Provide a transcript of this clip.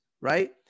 right